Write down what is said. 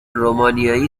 رومانیایی